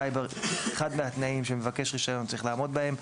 זה אחד מהתנאים שמבקש רישיון צריך לעמוד בהם.